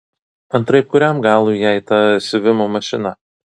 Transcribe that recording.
antraip kuriam galui jai ta siuvimo mašina